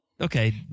okay